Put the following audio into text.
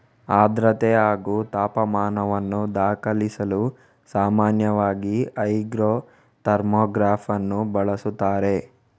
ಆರ್ದ್ರತೆ ಹಾಗೂ ತಾಪಮಾನವನ್ನು ದಾಖಲಿಸಲು ಸಾಮಾನ್ಯವಾಗಿ ಹೈಗ್ರೋ ಥರ್ಮೋಗ್ರಾಫನ್ನು ಬಳಸುತ್ತಾರೆ